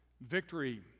Victory